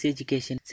Education